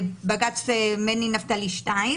בג"ץ מני נפתלי 2,